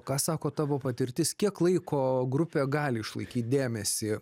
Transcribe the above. ką sako tavo patirtis kiek laiko grupė gali išlaikyt dėmesį